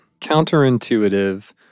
counterintuitive